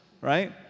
Right